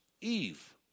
Eve